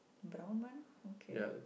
brown one okay